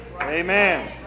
Amen